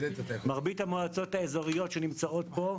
מרבית המועצות האזוריות שנמצאות פה,